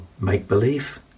make-believe